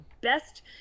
best